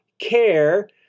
care